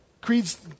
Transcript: creeds